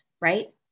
right